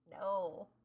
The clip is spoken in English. No